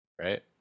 right